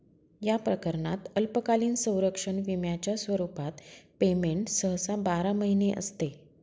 या प्रकरणात अल्पकालीन संरक्षण विम्याच्या स्वरूपात पेमेंट सहसा बारा महिने असते